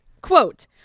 Quote